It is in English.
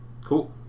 cool